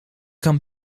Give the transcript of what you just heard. kan